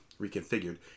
reconfigured